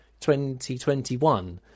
2021